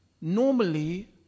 normally